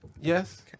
yes